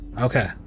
okay